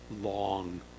long